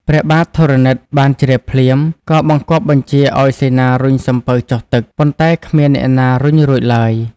ព្រះបាទធរណិតបានជ្រាបភ្លាម ក៏បង្គាប់បញ្ជាឱ្យសេនារុញសំពៅចុះទឹក ប៉ុន្តែគ្មានអ្នកណារុញរួចឡើយ។